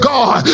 God